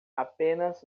apenas